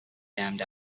damned